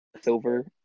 silver